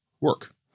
work